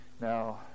Now